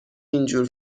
اینجور